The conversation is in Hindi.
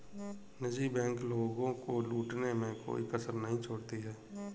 निजी बैंक लोगों को लूटने में कोई कसर नहीं छोड़ती है